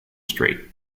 street